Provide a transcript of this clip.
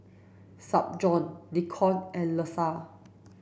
Spurgeon Nikko and Leisha